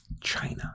China